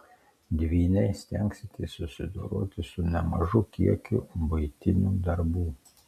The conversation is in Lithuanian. dvyniai stengsitės susidoroti su nemažu kiekiu buitinių darbų